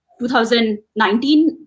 2019